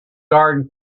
garden